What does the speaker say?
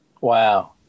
wow